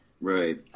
Right